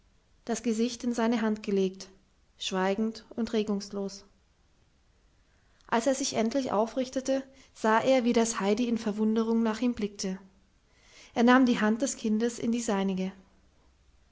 das gesicht in seine hand gelegt schweigend und regungslos als er sich endlich aufrichtete sah er wie das heidi in verwunderung nach ihm blickte er nahm die hand des kindes in die